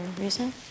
reason